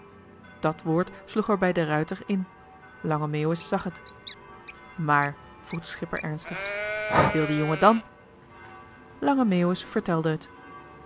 dat woord sloeg er bij de ruijter in lange meeuwis zag het maar vroeg de schipper ernstig wat wil de jongen dàn lange meeuwis vertelde het